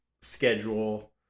schedule